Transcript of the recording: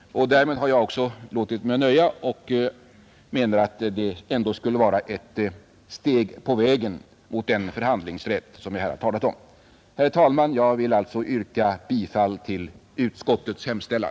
Därmed har jag också låtit mig nöja och menar att det ändå skulle vara ett steg på vägen mot den förhandlingsrätt som vi här har talat om. Herr talman! Jag vill yrka bifall till utskottets hemställan.